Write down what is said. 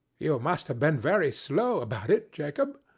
you must have been very slow about it, jacob,